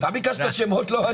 אתה ביקשת שמות, לא אני.